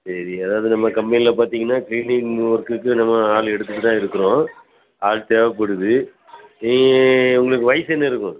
சரி அதாவது நம்ம கம்பெனியில் பார்த்திங்கன்னா க்ளீனிங் ஒர்குக்கு நம்ம ஆள் எடுத்துக்கிட்டு தான் இருக்கிறோம் ஆள் தேவைப்படுது நீங்கள் உங்களுக்கு வயது என்ன இருக்கும்